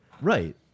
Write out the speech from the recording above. Right